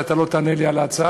שאתה לא תענה לי על ההצעה.